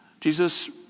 Jesus